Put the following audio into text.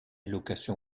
location